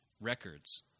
records